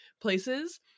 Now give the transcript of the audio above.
places